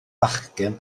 fachgen